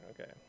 okay